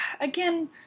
Again